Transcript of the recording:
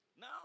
Now